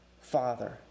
Father